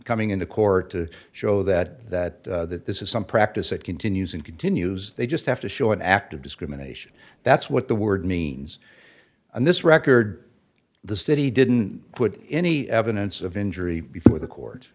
coming into court to show that that that this is some practice that continues and continues they just have to show an act of discrimination that's what the word means and this record the city didn't put any evidence of injury before the court